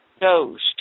Ghost